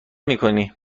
میکنی